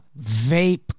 vape